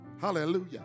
Hallelujah